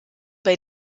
bei